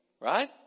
Right